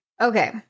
okay